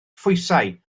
phwysau